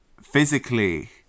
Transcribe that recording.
physically